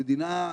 המדינה,